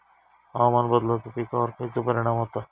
हवामान बदलाचो पिकावर खयचो परिणाम होता?